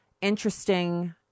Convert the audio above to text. interesting